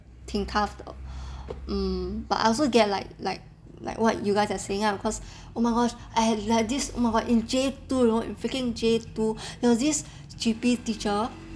挺 tough 的 mm but I also get like like like what you guys are saying ah cause oh my gosh I had like this oh my god in J two you know in freaking J two there was this G_P teacher